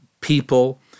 people